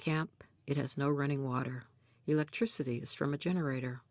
camp it has no running water electricity is from a generator